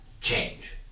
change